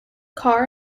carr